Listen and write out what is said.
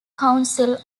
council